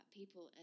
people